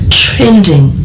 trending